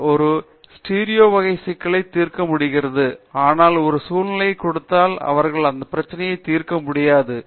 பேராசிரியர் தீபா வெங்கடேஷ் அவர்கள் ஒரு ஸ்டீரியோ வகை சிக்கலை தீர்க்க முடிகிறது ஆனால் ஒரு சூழ்நிலையை கொடுத்தால் அவர்கள் அதன் பிரச்சனையை தீர்க்க முடியாது